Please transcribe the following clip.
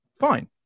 fine